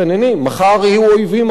ומחר יהיו אויבים אחרים,